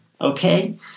Okay